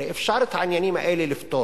אפשר את העניינים האלה לפתור.